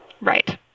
Right